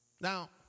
Now